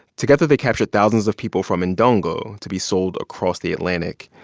together, they captured thousands of people from ndongo to be sold across the atlantic.